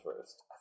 first